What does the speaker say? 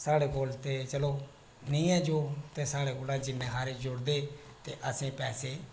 साढ़े कोल ते चलो नेईं ऐ जोग ते साढ़े कोला जिन्ने सारे जुड़दे दे असें पैसे